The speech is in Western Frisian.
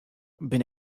bin